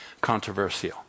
controversial